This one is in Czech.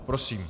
Prosím.